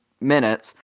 minutes